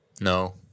No